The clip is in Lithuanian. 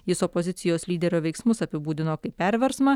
jis opozicijos lyderio veiksmus apibūdino kaip perversmą